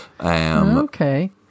Okay